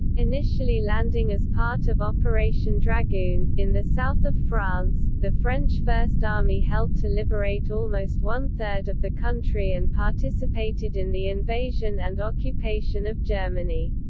initially landing as part of operation dragoon, in the south of france, the french first army helped to liberate almost one third of the country and participated in the invasion and occupation of germany.